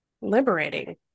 liberating